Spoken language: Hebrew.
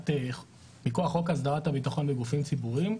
מכוח חוק הסדרת הביטחון בגופים ציבוריים,